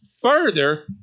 further